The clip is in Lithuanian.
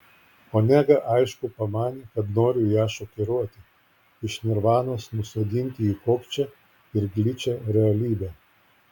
onega aišku pamanė kad noriu ją šokiruoti iš nirvanos nusodinti į kokčią ir gličią realybę